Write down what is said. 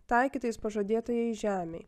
taikytais pažadėtajai žemei